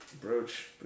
brooch